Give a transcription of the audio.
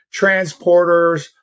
transporters